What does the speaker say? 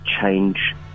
change